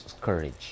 courage